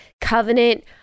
Covenant